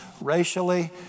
racially